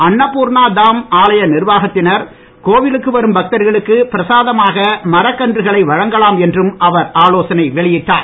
அன்னபூர்ணா தாம் ஆலய நிர்வாகத்தினர் கோவிலுக்கு வரும் பக்தர்களுக்கு பிரசாதமாக மரக்கன்றுகளை வழங்கலாம் என்றும் அவர் ஆலோசனை வெளியிட்டார்